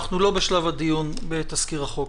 אנחנו לא בשלב הדיון בתזכיר החוק.